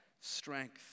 strength